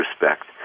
respect